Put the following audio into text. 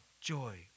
joy